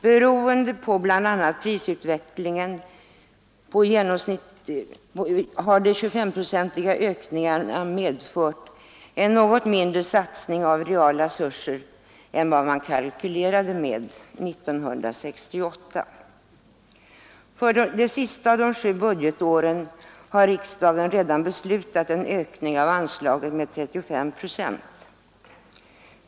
Beroende på bl.a. prisutvecklingen har de 25-procentiga ökningarna medfört en något mindre satsning av reala resurser än man kalkylerade med 1968. För det sista av de sju budgetåren har riksdagen redan beslutat en ökning av anslagen med 35 procent.